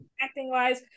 Acting-wise